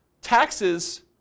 taxes